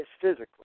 physically